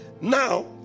now